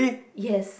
yes